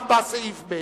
אני מסכים, מה בסעיף (ב)?